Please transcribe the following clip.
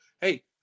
hey